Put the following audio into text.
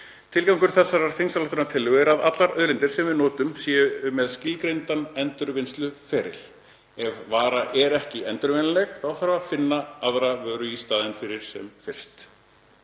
Tilgangur þessarar þingsályktunartillögu er að allar auðlindir sem við notum séu með skilgreint endurvinnsluferli. Ef vara er ekki endurvinnanleg þarf að finna aðra vöru í staðinn fyrir hana sem fyrst.